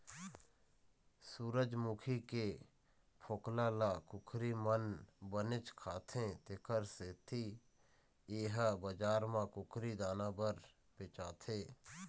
सूरजमूखी के फोकला ल कुकरी मन बनेच खाथे तेखर सेती ए ह बजार म कुकरी दाना बर बेचाथे